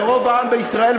רוב העם בישראל,